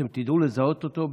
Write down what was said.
אתם תדעו לזהות אותו,